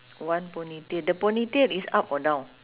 one ponytail the ponytail is up or down